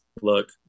look